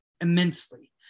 immensely